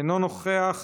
אינו נוכח,